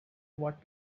what